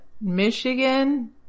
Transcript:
Michigan